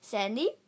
Sandy